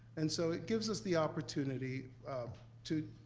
and so it gives us the opportunity to,